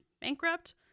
bankrupt